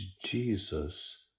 Jesus